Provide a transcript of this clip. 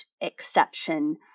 exception